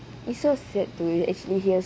it so sad to actually hear